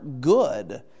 good